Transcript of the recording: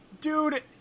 dude